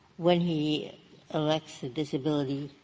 when he elects the disability,